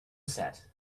set